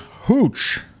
Hooch